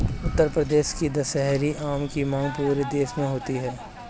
उत्तर प्रदेश का दशहरी आम की मांग पूरे देश में होती है